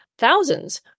thousands